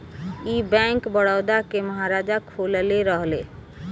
ई बैंक, बड़ौदा के महाराजा खोलले रहले